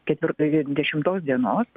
ketvir dešimtos dienos